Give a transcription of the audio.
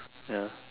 ya